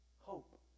Hope